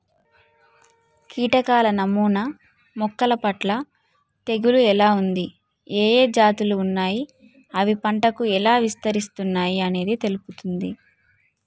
కీటకాల నమూనా మొక్కలపట్ల తెగులు ఎలా ఉంది, ఏఏ జాతులు ఉన్నాయి, అవి పంటకు ఎలా విస్తరిస్తున్నయి అనేది తెలుపుతుంది